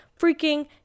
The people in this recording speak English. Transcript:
freaking